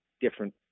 different